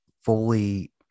fully